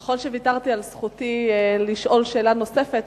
נכון שוויתרתי על זכותי לשאול שאלה נוספת,